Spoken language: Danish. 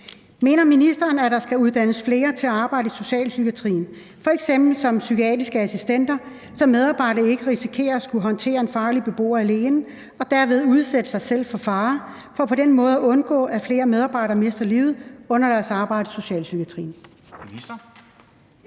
Mener ministeren, at der skal uddannes flere til arbejde i socialpsykiatrien, f.eks. som psykiatriske assistenter, så medarbejderne ikke risikerer at skulle håndtere en farlig beboer alene og derved udsætte sig selv for fare, for på den måde at undgå, at flere medarbejdere mister livet under deres arbejde i socialpsykiatrien?